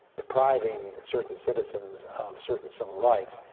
depriving certain citizens of certain civil rights,